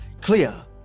Clear